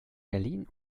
berlin